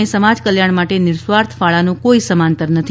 અને સમાજ કલ્યાણ માટે નિઃસ્વાર્થ ફાળાનું કોઇ સમાંતર નથી